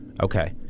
Okay